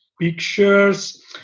pictures